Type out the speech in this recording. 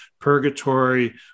purgatory